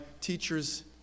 teachers